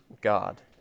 God